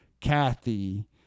Kathy